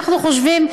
אנחנו חושבים,